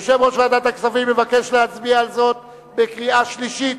יושב-ראש ועדת הכספים מבקש להצביע על זאת בקריאה שלישית,